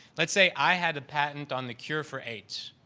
let's say, i had a patent on the cure for aids.